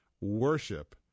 worship